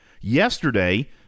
Yesterday